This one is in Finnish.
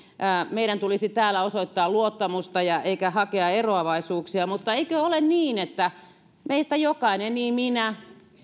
meidän tulisi täällä osoittaa luottamusta eikä hakea eroavaisuuksia mutta eikö ole niin että meistä jokainen niin minä